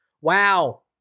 Wow